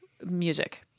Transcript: music